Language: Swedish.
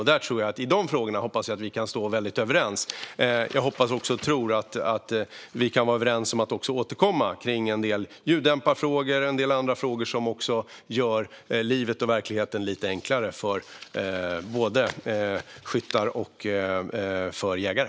I dessa frågor hoppas jag att vi kan vara väldigt överens. Jag hoppas och tror också att vi kan vara överens om att vi ska återkomma till en del ljuddämparfrågor och andra frågor som gör livet och verkligheten lite enklare för både skyttar och jägare.